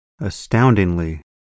astoundingly